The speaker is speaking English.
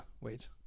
wait